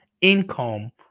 income